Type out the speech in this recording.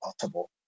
possible